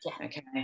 okay